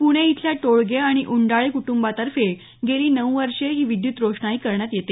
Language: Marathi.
पुणे इथल्या टोळगे आणि उंडाळे कुटुंबांतर्फे गेली नऊ वर्षे ही विद्युत रोषणाई करण्यात येते